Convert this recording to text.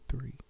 three